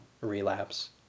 relapse